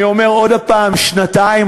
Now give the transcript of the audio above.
אני אומר עוד פעם: שנתיים.